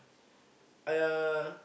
uh